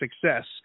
success